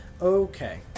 Okay